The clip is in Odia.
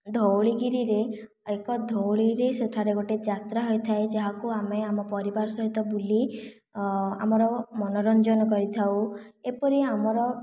ଧଉଳିଗିରିରେ ଏକ ଧଉଳିରେ ସେଠାରେ ଗୋଟେ ଯାତ୍ରା ହୋଇଥାଏ ଯାହାକୁ ଆମେ ଆମ ପରିବାର ସାହିତ ବୁଲି ଆମର ମନୋରଞ୍ଜନ କରିଥାଉ ଏପରି ଆମର